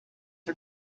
are